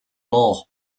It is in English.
lore